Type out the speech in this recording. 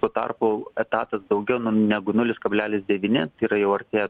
tuo tarpu etatas daugiau nu negu nulis kablelis devyni tai yra jau arti